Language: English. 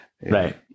Right